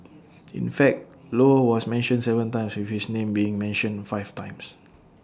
in fact low was mentioned Seven times with his name being mentioned five times